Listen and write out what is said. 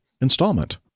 installment